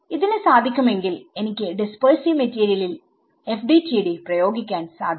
ഇതിന് സാധിക്കുമെങ്കിൽ എനിക്ക് ഡിസ്പേഴ്സിവ് മെറ്റീരിയലിൽ FDTD പ്രയോഗിക്കാൻ സാധിക്കും